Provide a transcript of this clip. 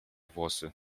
włosy